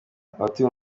abatuye